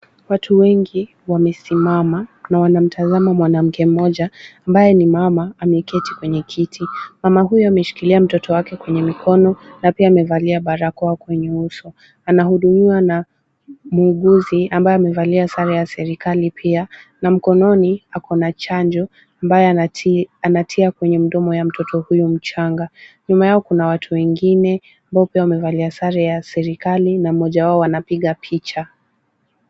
Watu wengi wamesimama na wanamtazama mwanamke mmoja ambaye ni mama ameketi kwenye kiti. Mama huyu ameshikilia mtoto wake kwenye mikono na pia amevalia barakoa kwenye uso. Anahudumiwa na muuguzi ambaye amevalia sare ya serikali pia na mkononi akona chanjo ambayo anatia kwenye mdomo ya mtoto huyu mchanga. Nyuma yao kuna watu wengine ambao pia wamevalia sare ya serikali na mmoja wao anapiga picha.